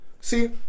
See